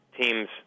teams –